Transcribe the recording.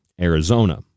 Arizona